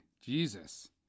Jesus